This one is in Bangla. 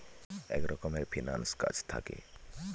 এক রকমের ফিন্যান্স কাজ থাকে